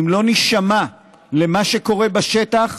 אם לא נישמע למה שקורה בשטח,